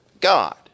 God